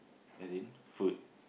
as in food